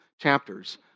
chapters